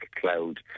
cloud